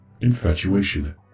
infatuation